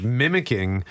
mimicking